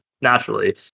naturally